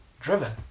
Driven